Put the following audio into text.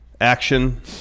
action